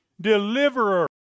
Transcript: deliverer